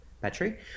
battery